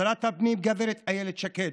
שרת הפנים, גב' אילת שקד,